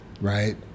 right